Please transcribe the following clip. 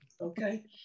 Okay